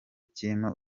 kirimo